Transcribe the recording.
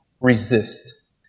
resist